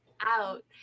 out